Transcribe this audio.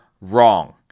wrong